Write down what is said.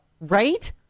Right